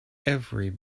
every